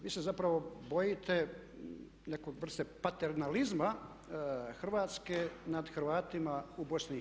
Vi se zapravo bojite neke vrste paternalizma Hrvatske nad Hrvatima u BiH.